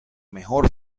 mejor